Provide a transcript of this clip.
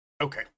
Okay